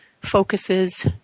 focuses